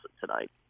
tonight